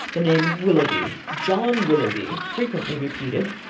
the name of willoughby, john willoughby, frequently repeated,